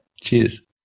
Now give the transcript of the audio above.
Cheers